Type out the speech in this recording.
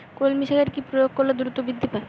কলমি শাকে কি প্রয়োগ করলে দ্রুত বৃদ্ধি পায়?